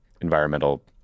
environmental